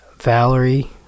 Valerie